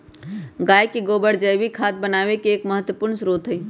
गाय के गोबर जैविक खाद बनावे के एक महत्वपूर्ण स्रोत हई